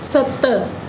सत